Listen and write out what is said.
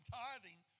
tithing